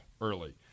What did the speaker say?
early